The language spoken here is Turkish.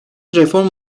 reform